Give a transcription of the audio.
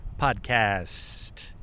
podcast